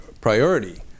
priority